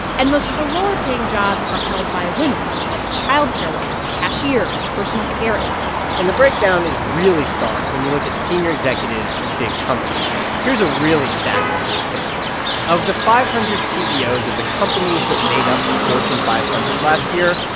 and most of the lower-paying jobs are held by women like child care workers, cashiers, personal care aides and the breakdown is really stark when you look at senior executives of big companies. here's a really staggering statistic of the five hundred ceos of the companies that made up the fortune five hundred last year,